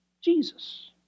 Jesus